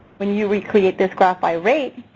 when you recreate this graph by rate,